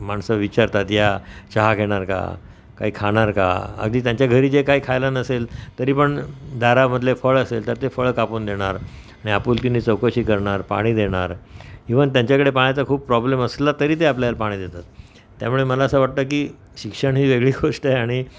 माणसं विचारतात या चहा घेणार का काही खाणार का अगदी त्यांच्या घरी जे काही खायला नसेल तरी पण दारामधले फळ असेल तर ते फळ कापून देणार आणि आपुलकीनी चौकशी करणार पाणी देणार इव्हन त्यांच्याकडे पाण्याचा खूप प्रॉब्लेम असला तरी ते आपल्याला पाणी देतात त्यामुळे मला असं वाटतं की शिक्षण ही वेगळी गोष्ट आहे आणि